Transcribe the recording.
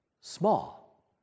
small